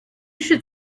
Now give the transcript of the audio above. should